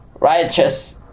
Righteous